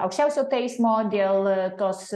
aukščiausio teismo dėl tos